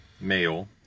male